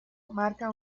marca